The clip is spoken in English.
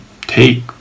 take